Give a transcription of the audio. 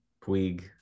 Puig